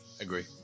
agree